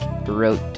wrote